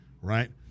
right